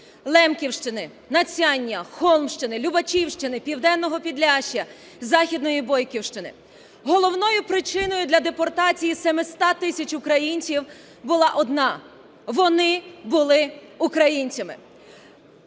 (Лемківщини, Надсяння, Холмщини, Любачівщини, Південного Підляшшя, Західної Бойківщини). Головною причиною для депортації 700 тисяч українців була одна – вони були українцями.